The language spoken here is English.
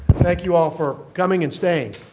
thank you all for coming and staying.